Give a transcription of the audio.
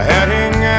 Heading